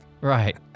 right